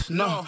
no